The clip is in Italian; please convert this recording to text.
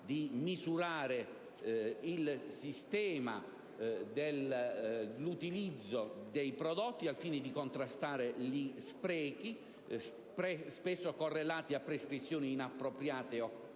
di misurare il sistema di utilizzo dei prodotti, al fine di contrastare gli sprechi, spesso correlati a prescrizioni inappropriate o